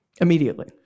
Immediately